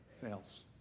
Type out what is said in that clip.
fails